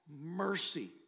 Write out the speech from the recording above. mercy